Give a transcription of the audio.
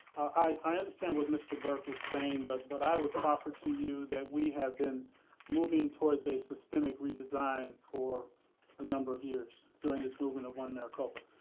i understand what mr. burke saying, but but i would proffer to you that we have been moving towards a systematic resign for a number of years during this movement of one maricopa.